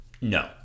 no